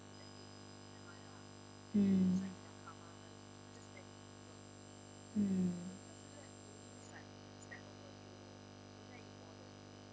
mm mm